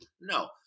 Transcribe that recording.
No